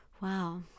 Wow